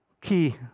key